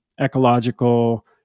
ecological